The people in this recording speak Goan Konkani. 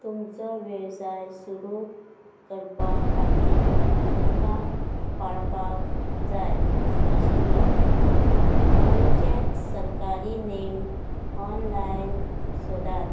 तुमचो वेवसाय सुरू करपा खातीर तुमकां पाळपाक जाय आशिल्लो खंयचेच सरकारी नेम ऑनलायन सोदात